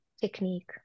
technique